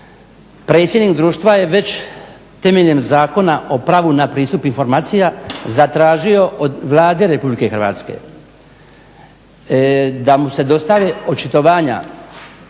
predsjednik društva je već temeljem Zakon o pravu na pristup informacija zatražio od Vlade RH da mu se dostave očitovanja